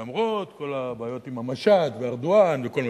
למרות כל הבעיות עם המשט וארדואן וכל השאר.